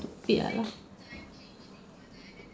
stupid ah ya lah